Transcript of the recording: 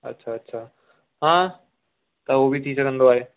अच्छा अच्छा हा त उहो बि थी सघंदो आहे